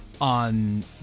on